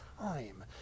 time